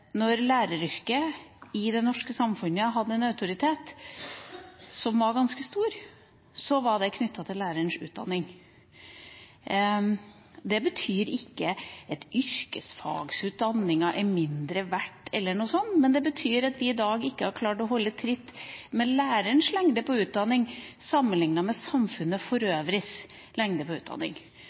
når læreryrket i det norske samfunnet har hatt en autoritet som var ganske stor, var det knyttet til lærerens utdanning. Det betyr ikke at yrkesfagutdanningen er mindre verdt eller noe sånt, men det betyr at vi i dag ikke har klart å holde tritt med lærerens lengde på utdanning sammenlignet med lengden på utdanningen i samfunnet